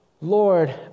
Lord